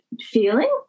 feeling